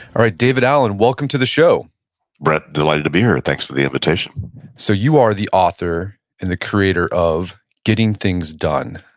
david allen, welcome to the show brett, delighted to be here, thanks for the invitation so you are the author and the creator of getting things done.